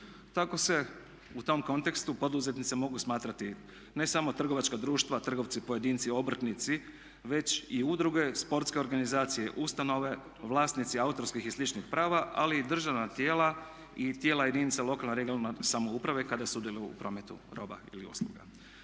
Tako se u tom kontekstu poduzetnice mogu smatrati ne samo trgovačka društva, trgovci pojedinci obrtnici već i udruge, sportske organizacije, ustanove, vlasnici autorskih i sličnih prava, ali i državna tijela i tijela jedinica lokalne (regionalne) samouprave kada sudjeluje u prometu roba ili usluga.